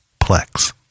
Plex